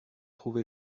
trouvé